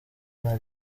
nta